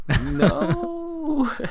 No